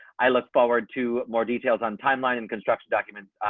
i look forward to more details on timeline and construction documents.